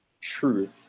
truth